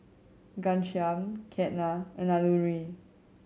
Ghanshyam Ketna and Alluri